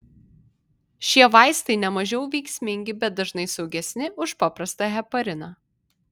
šie vaistai nemažiau veiksmingi bet dažnai saugesni už paprastą hepariną